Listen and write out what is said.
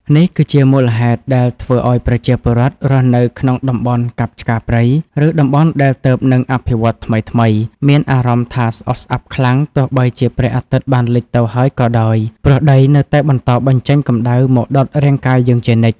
នេះគឺជាមូលហេតុដែលធ្វើឱ្យប្រជាពលរដ្ឋរស់នៅក្នុងតំបន់កាប់ឆ្ការព្រៃ ឬតំបន់ដែលទើបនឹងអភិវឌ្ឍថ្មីៗ មានអារម្មណ៍ថាស្អុះស្អាប់ខ្លាំងទោះបីជាព្រះអាទិត្យបានលិចទៅហើយក៏ដោយ ព្រោះដីនៅតែបន្តបញ្ចេញកម្ដៅមកដុតរាងកាយយើងជានិច្ច។